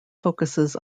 focuses